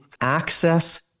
access